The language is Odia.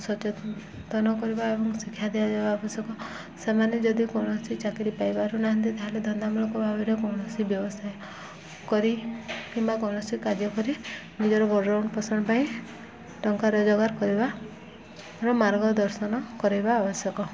ସଚେତନ କରିବା ଏବଂ ଶିକ୍ଷା ଦିଆଯବା ଆବଶ୍ୟକ ସେମାନେ ଯଦି କୌଣସି ଚାକିରି ପାଇପାରୁନାହାନ୍ତି ତା'ହେଲେ ଧନ୍ଦାମୂଳକ ଭାବରେ କୌଣସି ବ୍ୟବସାୟ କରି କିମ୍ବା କୌଣସି କାର୍ଯ୍ୟ କରି ନିଜର ଭରଣ ପୋଷଣ ପାଇଁ ଟଙ୍କା ରୋଜଗାର କରିବା ମାର୍ଗଦର୍ଶନ କରେଇବା ଆବଶ୍ୟକ